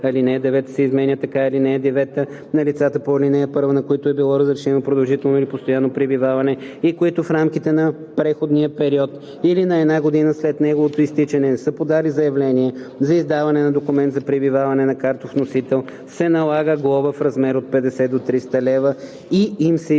9 се изменя така: „(9) На лицата по ал. 1, на които е било разрешено продължително или постоянно пребиваване и които в рамките на преходния период или на една година след неговото изтичане не са подали заявление за издаване на документ за пребиваване на картов носител, се налага глоба в размер от 50 до 300 лв. и им се издава